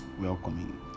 welcoming